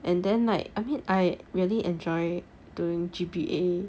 and then like I mean I really enjoy doing G_B_A